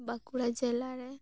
ᱵᱟᱸᱠᱩᱲᱟ ᱡᱮᱞᱟ ᱨᱮ